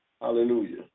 Hallelujah